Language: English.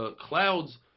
clouds